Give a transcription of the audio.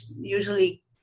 usually